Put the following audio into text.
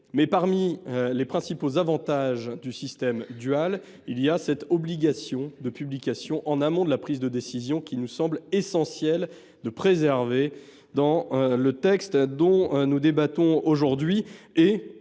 mais, parmi les principaux avantages du système dual, il y a cette obligation de publication en amont de la prise de décision, qu’il nous semble essentiel de préserver dans le texte dont nous débattons aujourd’hui. Comme